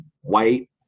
white